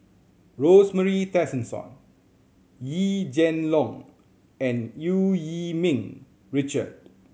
Rosemary Tessensohn Yee Jenn Long and Yu Yee Ming Richard